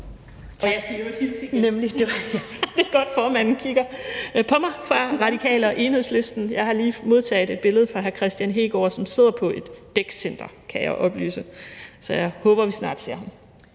ordet. Det er godt, formanden kigger på mig, for jeg skal hilse fra De Radikale og Enhedslisten. Jeg har lige modtaget et billede fra hr. Kristian Hegaard, som sidder på et dækcenter, kan jeg oplyse, så jeg håber, vi snart ser ham.